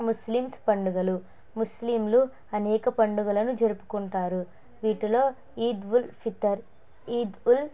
Muslims పండుగలు ముస్లింలు అనేక పండుగలను జరుపుకుంటారు వీటిలో ఈద్ ఉల్ ఫితర్ ఈద్ ఉల్